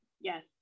Yes